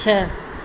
छह